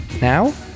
Now